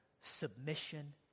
submission